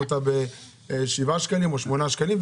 ב-7 או ב-8 שקלים.